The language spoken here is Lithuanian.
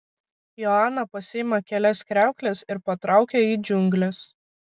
joana pasiima kelias kriaukles ir patraukia į džiungles